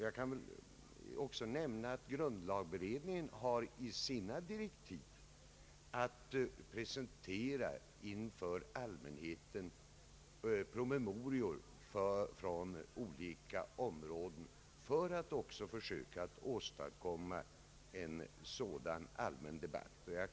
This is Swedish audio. Jag kan också nämna att grundlagberedningen har i sina direktiv att presentera inför allmänheten promemorior från olika områden för att söka åstadkomma en sådan allmän debatt.